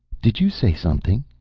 did you say something?